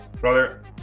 brother